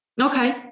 Okay